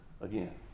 again